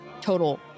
total